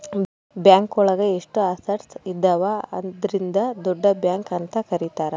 bank ಒಳಗ ಎಷ್ಟು assets ಇದಾವ ಅದ್ರಿಂದ ದೊಡ್ಡ ಬ್ಯಾಂಕ್ ಅಂತ ಕರೀತಾರೆ